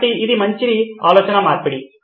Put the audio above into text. కాబట్టి ఇది ఆలోచనా మార్పిడి